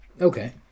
Okay